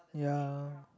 ya